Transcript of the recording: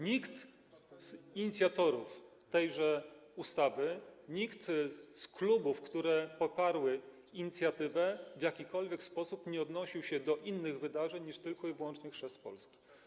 Nikt z inicjatorów tejże ustawy, żaden z klubów, które poparły inicjatywę, w jakikolwiek sposób nie odnosił się do innych wydarzeń niż tylko i wyłącznie chrzest Polski.